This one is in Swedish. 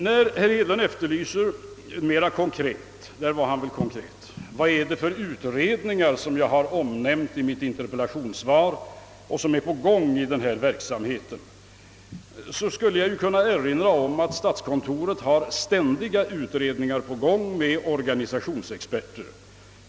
När herr Hedlund sedan efterlyste — och där var han mera konkret — vad det är för utredningar jag nämnt om i mitt interpellationssvar och som är på gång, vill jag erinra om att statskontoret ständigt har sådan utredningsverksamhet på gång med organisationsexperter.